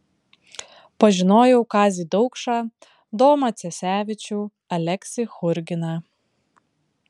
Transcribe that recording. pažinojau kazį daukšą domą cesevičių aleksį churginą